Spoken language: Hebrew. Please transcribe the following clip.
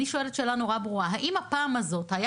אני שואלת שאלה נורא ברורה: האם הפעם הזאת היה